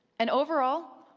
and overall,